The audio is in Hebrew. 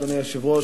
אדוני היושב-ראש,